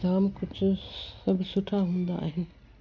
जामु कुझु सभु सुठा हुंदा आहिनि